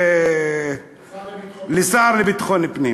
לשר לביטחון פנים.